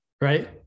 right